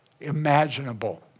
imaginable